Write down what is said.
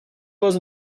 was